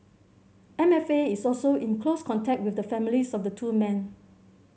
M F A is also in close contact with the families of the two men